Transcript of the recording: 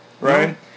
right